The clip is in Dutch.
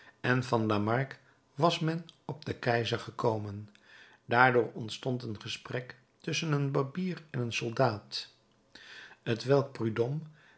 en van lamarque was men op den keizer gekomen daardoor ontstond een gesprek tusschen een barbier en een soldaat t welk